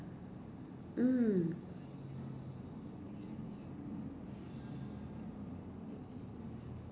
mm